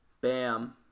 bam